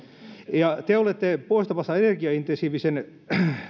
te olette poistamassa energiaintensiivisen